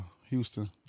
Houston